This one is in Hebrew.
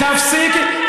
תפסיקו,